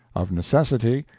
of necessity,